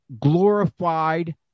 glorified